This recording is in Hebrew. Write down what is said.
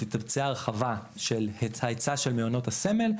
ותתבצע הרחבה של ההיצע של מעונות הסמל,